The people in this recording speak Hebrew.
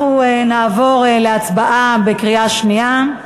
אנחנו נעבור להצבעה בקריאה שנייה.